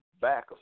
back